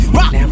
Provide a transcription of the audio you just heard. rock